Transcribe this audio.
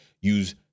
use